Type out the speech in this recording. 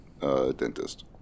dentist